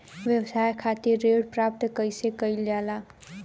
व्यवसाय खातिर ऋण प्राप्त कइसे कइल जाला?